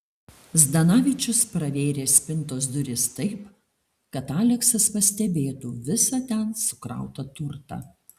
zdanavičius pravėrė spintos duris taip kad aleksas pastebėtų visą ten sukrautą turtą